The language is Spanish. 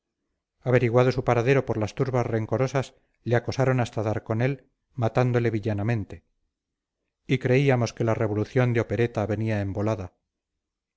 averiguado su paradero por las turbas rencorosas le acosaron hasta dar con él matándole villanamente y creíamos que la revolución de opereta venía embolada